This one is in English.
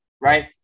Right